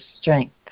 strength